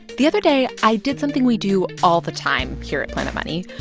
the other day, i did something we do all the time here at planet money.